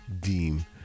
deem